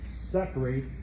separate